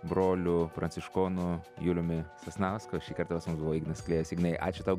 broliu pranciškonu juliumi sasnausku o šį kartą pas mus buvo ignas klėjus ignai ačiū tau